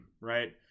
right